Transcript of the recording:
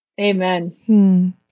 Amen